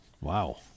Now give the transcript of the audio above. wow